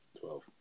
Twelve